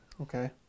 Okay